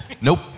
Nope